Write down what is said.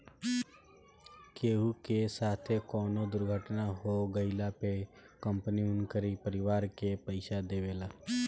केहू के साथे कवनो दुर्घटना हो गइला पे कंपनी उनकरी परिवार के पईसा देवेला